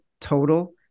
total